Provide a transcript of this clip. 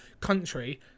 country